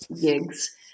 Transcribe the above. gigs